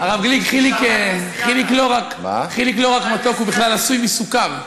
הרב גליק, חיליק לא רק מתוק, הוא בכלל עשוי מסוכר.